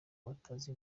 batazi